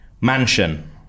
Mansion